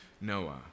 Noah